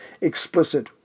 explicit